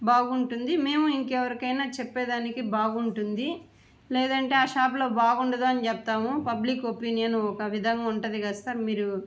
బాగుంటుంది మేము ఇంకా ఎవరికైనా చెప్పేదానికి బాగుంటుంది లేదంటే ఆ షాపులో బాగుండదు అని చెబుతాము పబ్లిక్ ఒపీనియను ఒక విధంగా ఉంటుంది కదా సార్ మీరు